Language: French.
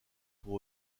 pour